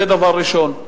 זה דבר ראשון.